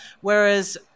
Whereas